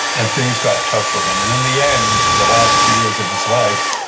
and things got tough for him. and in the end, the last two years of his life,